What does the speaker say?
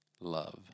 love